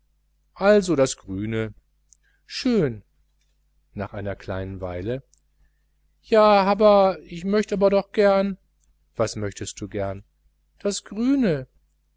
also das grüne schön nach einer kleinen weile ja haber ich möcht doch aber gern was möchst du gern das grüne